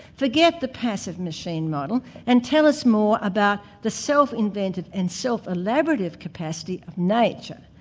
forget the passive machine model and tell us more about the self-inventive and self-elaborative capacity of nature,